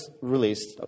released